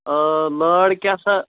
لٲر کیٛاہ سا